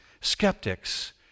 skeptics